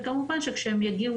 כמובן שכשהם יגיעו